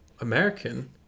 American